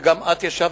וגם את ישבת,